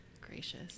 gracious